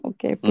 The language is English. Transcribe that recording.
Okay